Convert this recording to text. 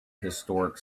historic